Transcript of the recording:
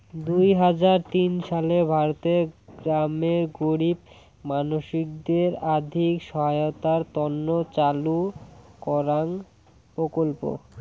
দুই হাজার তিন সালে ভারতের গ্রামের গরীব মানসিদের আর্থিক সহায়তার তন্ন চালু করাঙ প্রকল্প